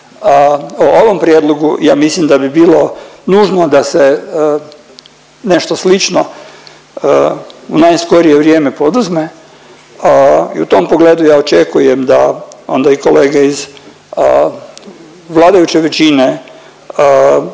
o ovom prijedlogu, ja mislim da bi bilo nužno da se nešto slično u najskorije vrijeme poduzme i u tom pogledu ja očekujem da onda i kolege iz vladajuće većine